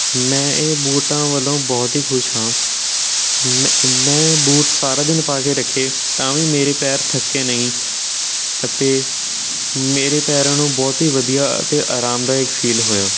ਮੈਂ ਇਹ ਬੂਟਾਂ ਵੱਲੋਂ ਬਹੁਤ ਹੀ ਖੁਸ਼ ਹਾਂ ਮੈਂ ਮੈਂ ਬੂਟ ਸਾਰਾ ਦਿਨ ਪਾ ਕੇ ਰੱਖੇ ਤਾਂ ਵੀ ਮੇਰੇ ਪੈਰ ਥੱਕੇ ਨਹੀਂ ਅਤੇ ਮੇਰੇ ਪੈਰਾਂ ਨੂੰ ਬਹੁਤ ਹੀ ਵਧੀਆ ਅਤੇ ਆਰਾਮਦਾਇਕ ਫੀਲ ਹੋਇਆ